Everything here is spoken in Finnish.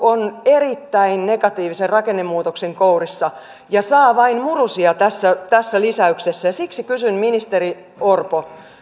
on erittäin negatiivisen rakennemuutoksen kourissa ja saa vain murusia tässä tässä lisäyksessä siksi kysyn ministeri orpo